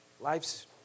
Life's